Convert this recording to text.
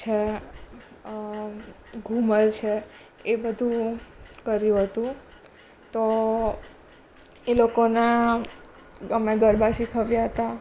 છે ઘુમર છે એ બધું કર્યું હતું તો એ લોકોને અમે ગરબા શિખવ્યા હતા